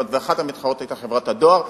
ואחת המתחרות היתה חברת הדואר,